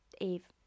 Eve